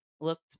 looked